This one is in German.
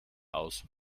aus